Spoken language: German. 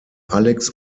alex